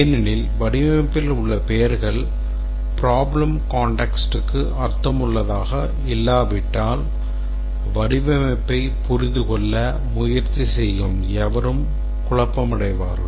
ஏனெனில் வடிவமைப்பில் உள்ள பெயர்கள் problem context க்கு அர்த்தமுள்ளதாக இல்லாவிட்டால் வடிவமைப்பைப் புரிந்துகொள்ள முயற்சி செய்யும் எவரும் குழப்பமடைவார்கள்